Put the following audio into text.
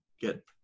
Get